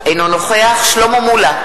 נגד שלמה מולה,